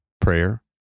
prayer